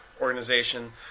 organization